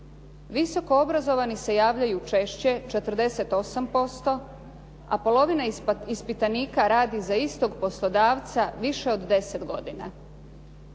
Visoko obrazovani se javljaju češće 48%, a polovina ispitanika radi za istog poslodavca više od 10 godina.